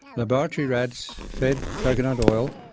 laboratory rats fed coconut oil,